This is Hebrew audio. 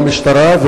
לא משטרה,